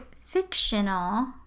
fictional